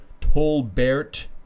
Tolbert